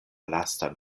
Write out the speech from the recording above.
lastan